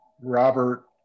Robert